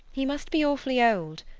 he must be awfully old,